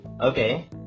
Okay